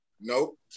Nope